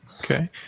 Okay